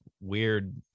weird